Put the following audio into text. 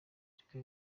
afrika